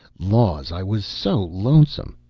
laws, i was so lonesome!